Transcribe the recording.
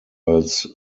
als